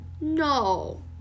no